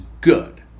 good